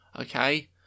okay